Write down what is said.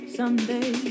someday